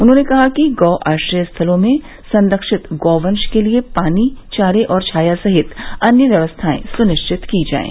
उन्होंने कहा कि गौ आश्रय स्थलों में सरक्षित गौवंश के लिये पानी चारे और छाया सहित अन्य व्यवस्थाएं सुनिश्चत की जाये